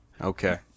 Okay